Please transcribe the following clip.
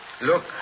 Look